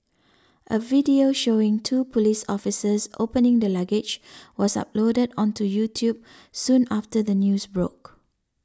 a video showing two police officers opening the luggage was uploaded onto YouTube soon after the news broke